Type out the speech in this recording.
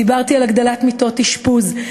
דיברתי על הגדלת מספר מיטות אשפוז.